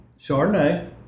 Chardonnay